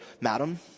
madam